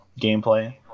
gameplay